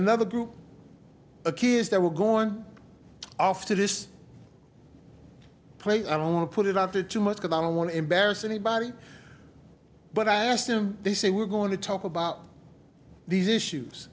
another group of kids that were going off to this place i don't want to put it up to too much because i don't want to embarrass anybody but i asked him they say we're going to talk about these issues